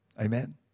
Amen